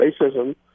racism